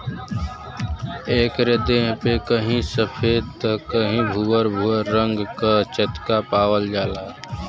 एकरे देह पे कहीं सफ़ेद त कहीं भूअर भूअर रंग क चकत्ता पावल जाला